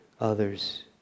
others